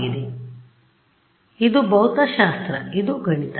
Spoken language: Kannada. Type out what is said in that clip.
ಆದ್ದರಿಂದ ಇದು ಭೌತಶಾಸ್ತ್ರ ಇದು ಗಣಿತ